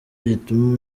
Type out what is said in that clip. gituma